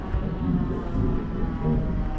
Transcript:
and you will hear of him then.